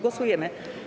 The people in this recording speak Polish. Głosujemy.